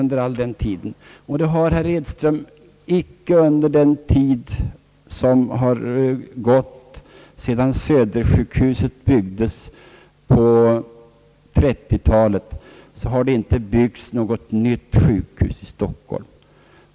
Sedan Södersjukhuset byggdes på 1930-talet har det inte, herr Edström, byggts något nytt sjukhus i Stockholm.